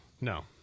No